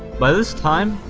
by this time,